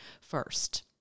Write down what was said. first